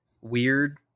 weird